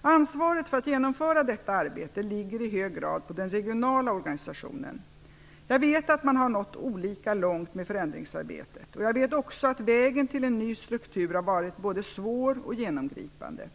Ansvaret för att genomföra detta arbete ligger i hög grad på den regionala organisationen. Jag vet att man har nått olika långt med förändringsarbetet, och jag vet också att vägen till en ny struktur har varit både svår och genomgripande.